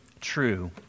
true